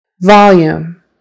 Volume